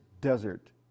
desert